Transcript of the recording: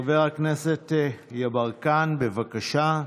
חבר הכנסת יברקן, בבקשה.